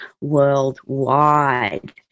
worldwide